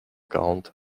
quarante